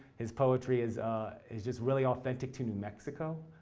his poetry is is just really authentic to new mexico.